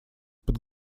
под